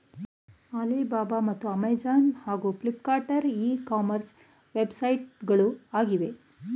Alibaba ಮತ್ತು Amazon ಹಾಗೂ Flipkart e commerce ವೆಬ್ಸೈಟ್ಗಳು ಆಗಿವೆ